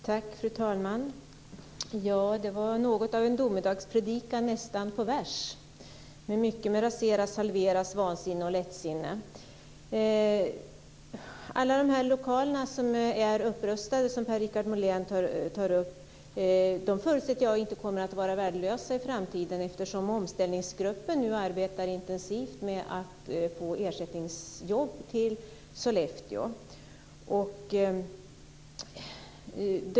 Fru talman! Det var något av en domedagspredikan nästan på vers med mycket av vansinne, lättsinne, osv. Alla de lokaler som är upprustade och som Per Richard Molén tog upp förutsätter jag inte kommer att vara värdelösa i framtiden, eftersom omställningsgruppen nu arbetar intensivt med att få ersättningsjobb till Sollefteå.